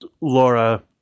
Laura